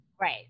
Right